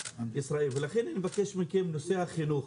לכן אני מבקש מכם, נושא החינוך